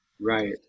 Right